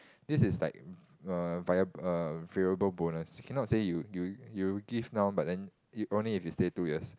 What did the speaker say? this is like err viable err variable bonus it cannot say you you you give now but then only if you stay two years